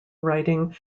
writing